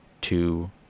two